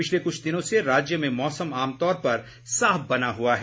पिछले कुछ दिनों से राज्य में मौसम आमतौर पर साफ बना हुआ है